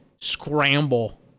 scramble